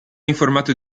informato